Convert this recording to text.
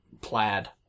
plaid